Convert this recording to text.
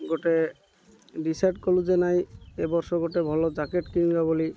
ଗୋଟେ ଡିସାଇଡ଼୍ କଲୁ ଯେ ନାଇଁ ଏ ବର୍ଷ ଗୋଟେ ଭଲ ଜ୍ୟାକେଟ୍ କିଣିବା ବୋଲି